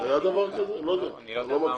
אני לא יודע, לא מכיר.